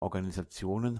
organisationen